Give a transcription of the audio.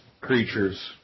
creatures